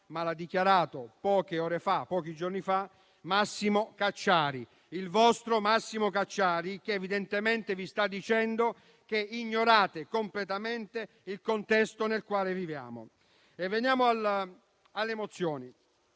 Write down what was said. ma l'ha dichiarato pochi giorni fa Massimo Cacciari, il vostro Massimo Cacciari, che evidentemente vi sta dicendo che ignorate completamente il contesto nel quale viviamo. Veniamo alle mozioni.